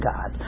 God